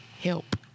Help